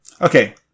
Okay